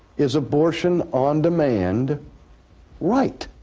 is abortion on-demand right?